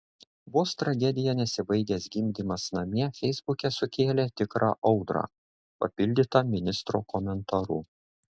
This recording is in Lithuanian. vos tragedija nesibaigęs gimdymas namie feisbuke sukėlė tikrą audrą papildyta ministro komentaru